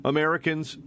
Americans